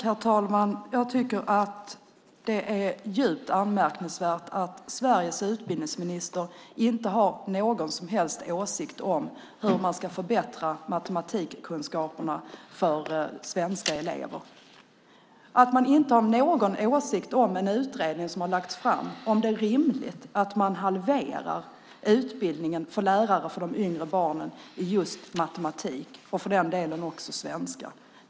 Herr talman! Jag tycker att det är djupt anmärkningsvärt att Sveriges utbildningsminister inte har någon som helst åsikt om hur man ska förbättra matematikkunskaperna för svenska elever, att han inte har någon åsikt om en utredning som har lagts fram eller om det är rimligt att man halverar utbildningen för lärare för de yngre barnen i just matematik och för den delen också svenska.